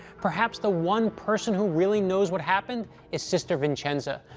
perhaps the one person who really knows what happened is sister vincenza,